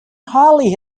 harley